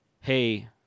hey